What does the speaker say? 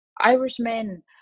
Irishmen